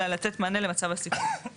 אלא "לתת מענה למצב הסיכון".